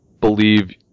believe